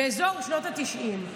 באזור שנות התשעים.